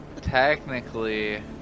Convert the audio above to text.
technically